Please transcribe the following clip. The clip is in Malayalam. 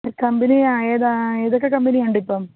കമ്പനിയ ഏതാ ഏതൊക്കെ കമ്പനിയൊണ്ടിപ്പം